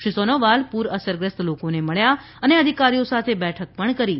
શ્રી સોનોવાલ પૂર અસરગ્રસ્ત લોકોને મળ્યા અને અધિકારીઓ સાથે બેઠક પણ કરી હતી